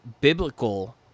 biblical